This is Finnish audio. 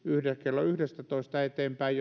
klo yhdestätoista eteenpäin